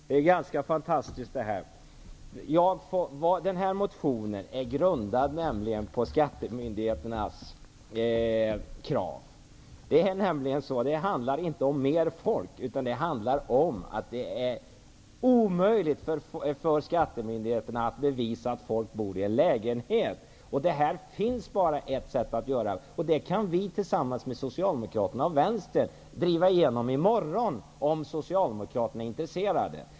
Herr talman! Det här är ganska fantastiskt. Den här motionen grundar sig på skattemyndigheternas krav. Och det handlar inte om mer folk, utan det handlar om att det är omöjligt för skattemyndigheterna att bevisa att folk bor i en lägenhet. Det finns därför bara en sak att göra, och den kan vi tillsammans med Socialdemokraterna och Vänstern driva igenom i morgon om Socialdemokraterna är intresserade.